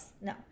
no